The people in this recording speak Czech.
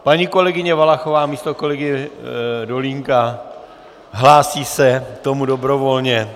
Paní kolegyně Valachová místo kolegy Dolínka, hlásí se k tomu dobrovolně.